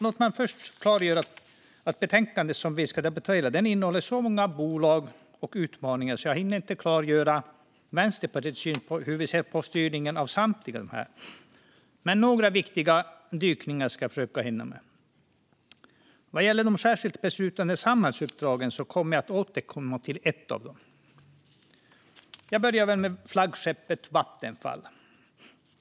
Låt mig först klargöra att betänkandet som vi ska debattera innehåller så många bolag och utmaningar att jag inte hinner klargöra Vänsterpartiets syn på hur vi ser på styrningen av samtliga, men några viktiga dykningar ska jag försöka hinna med. Vad gäller de särskilt beslutade samhällsuppdragen kommer jag att återkomma till ett av dem. Jag börjar med flaggskeppet Vattenfall.